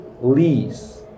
lease